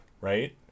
right